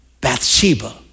Bathsheba